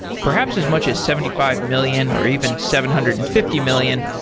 perhaps as much as seventy five million, or even seven hundred and fifty million.